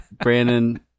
Brandon